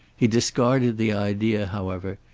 he discarded the idea, however,